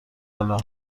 حالا